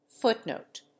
Footnote